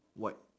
white